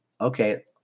Okay